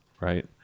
right